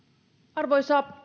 arvoisa